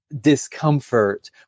discomfort